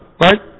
Right